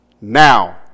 Now